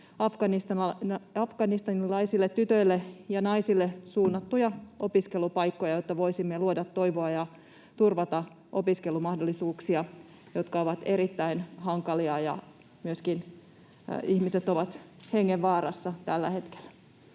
afganistanilaisille tytöille ja naisille suunnattuja opiskelupaikkoja, jotta voisimme luoda toivoa ja turvata opiskelumahdollisuuksia, jotka ovat erittäin hankalia. Ihmiset ovat myöskin hengenvaarassa tällä hetkellä.